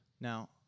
Now